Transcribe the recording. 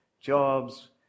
jobs